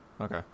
Okay